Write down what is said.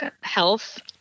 health